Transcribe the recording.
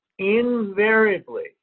Invariably